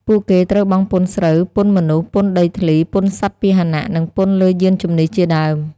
ពួកគេត្រូវបង់ពន្ធស្រូវ ពន្ធមនុស្ស ពន្ធដីធ្លី ពន្ធសត្វពាហនៈ និងពន្ធលើយានជំនិះជាដើម។